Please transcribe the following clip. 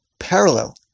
Parallel